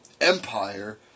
empire